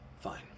Fine